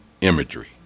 imagery